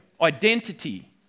Identity